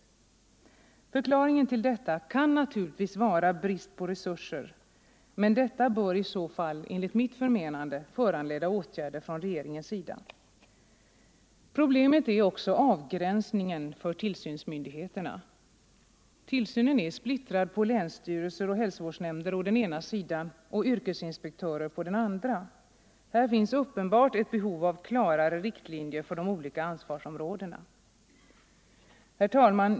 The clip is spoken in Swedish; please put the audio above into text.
Förklaringen till detta kan naturligtvis vara brist på resurser, men det bör i så fall enligt mitt förmenande föranleda åtgärder från regeringens sida. Problemet är också avgränsningen för tillsynsmyndigheterna. Tillsynen är splittrad på länsstyrelser och hälsovårdsnämnder å den ena sidan och yrkesinspektörer å den andra. Här finns uppenbart ett behov av klarare riktlinjer för de olika ansvarsområdena. Herr talman!